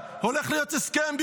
הולך להיות הסכם,